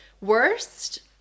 Worst